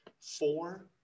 Four